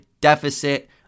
deficit